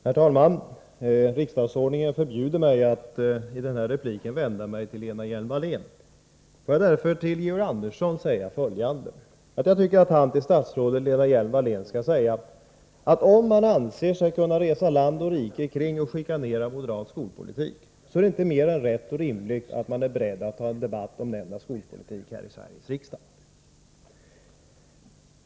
Herr talman! Riksdagsordningen förbjuder mig att i den här repliken vända mig till Lena Hjelm-Wallén. Låt mig därför till Georg Andersson säga följande. Jag tycker att han till statsrådet Lena Hjelm-Wallén skall säga, att om man anser sig kunna resa land och rike kring och chikanera moderat skolpolitik, är det inte mer än rätt och rimligt att man också är beredd att föra en debatt om denna skolpolitik här i Sveriges riksdag.